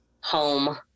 home